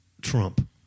Trump